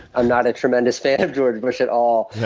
i'm not a tremendous fan of george bush at all.